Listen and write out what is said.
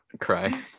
cry